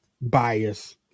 bias